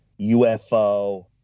UFO